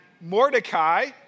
Mordecai